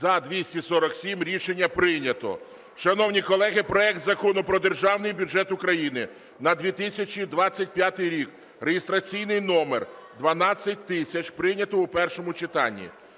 За-247 Рішення прийнято. Шановні колеги, проект Закону про Державний бюджет України на 2025 рік (реєстраційний номер 12000) прийнятий у першому читанні.